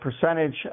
percentage